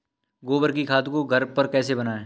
गोबर की खाद को घर पर कैसे बनाएँ?